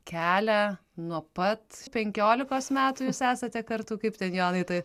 kelią nuo pat penkiolikos metų jūs esate kartu kaip ten jonai tai